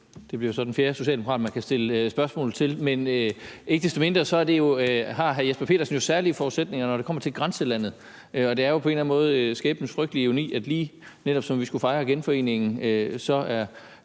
så bliver den fjerde socialdemokrat, man kan stille spørgsmål til, men ikke desto mindre har hr. Jesper Petersen jo særlige forudsætninger, når det kommer til grænselandet, og det er jo på en eller anden måde skæbnens frygtelige ironi, at lige netop som vi skulle fejre genforeningen, så er